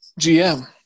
GM